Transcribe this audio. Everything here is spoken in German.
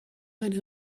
eine